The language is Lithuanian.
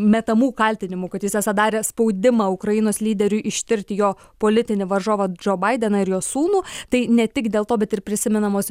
metamų kaltinimų kad jis esą darė spaudimą ukrainos lyderiui ištirti jo politinį varžovą džo baideną ir jo sūnų tai ne tik dėl to bet ir prisimenamos